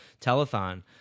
telethon